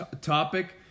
topic